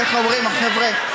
איך אומרים החבר'ה,